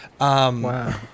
Wow